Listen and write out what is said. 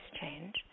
change